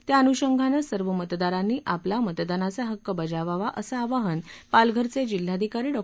त्या अनुषंगानं सर्व मतदारांनी आपला मतदानाचा हक्क बजावावा असं आवाहन पालघरचे जिल्हाधिकारी डॉ